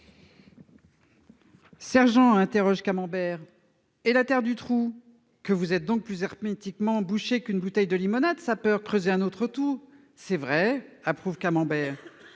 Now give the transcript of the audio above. " Sergent ! interroge Camember, et la terre du trou ?- Que vous êtes donc plus hermétiquement bouché qu'une bouteille de limonade, sapeur ! Creusez un autre trou !- C'est vrai !" approuve Camember.